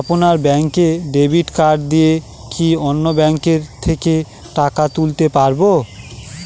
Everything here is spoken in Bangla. আপনার ব্যাংকের ডেবিট কার্ড দিয়ে কি অন্য ব্যাংকের থেকে টাকা তুলতে পারবো?